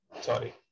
Sorry